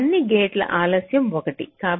అన్ని గేట్ ఆలస్యం 1